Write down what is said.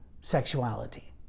sexuality